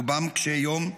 רובם קשי-יום,